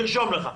תרשום לך.